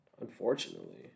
unfortunately